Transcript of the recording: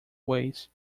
ways